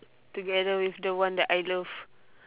together with the one that I love